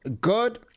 good